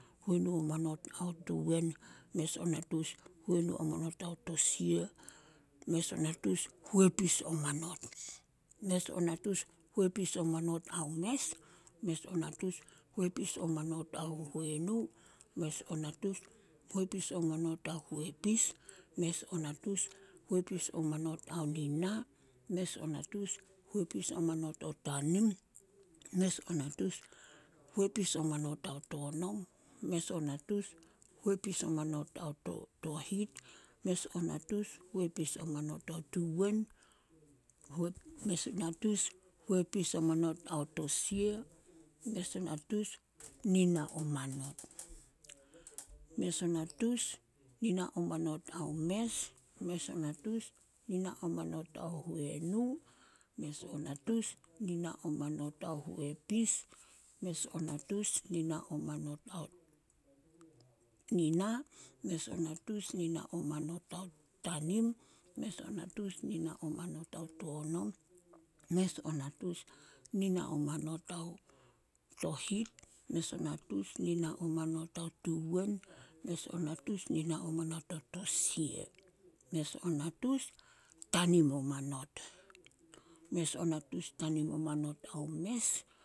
﻿Huenu a manot ao tuwen, mes o natus huenu o manot ao tosia, mes o natus hepis o manot, mes o natus huepis o manot ao mes, mes o natus huepis o manot ao huenu, mes o matus huepis o manot ao huepis, mes o natus huepis o manot ao nina, mes o natus huepis o manot ao tanim, mes o natus huepis o manot ao tonom, mes o natus huepis o manot ao to- tohit, mes o natus huepis o manot ao tuwen, mes o natus huepis o manot ao tosia, mes o natus nina o manot, mes a natus nina o manot ao mes, mes o natus nina o manot ao huenu, mes o natus nina o manot ao huepis, mes o natus nina o manot ao nina, mes o natus nina o manot ao tanim, mes o natus nina o manot ao tonom, mes o natus nina o manot ao tohit, mes o natus nina o manot ao tuwen, mes o natus nina o manot ao tosia, mes o natus tanim o manot, mes o natus tanim o manot ao mes.